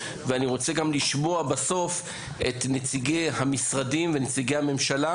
ואני רוצה גם לשמוע בסוף את נציגי המשרדים ונציגי הממשלה,